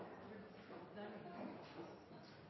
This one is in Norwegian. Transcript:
så må vi se